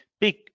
big